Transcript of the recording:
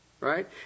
Right